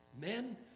Men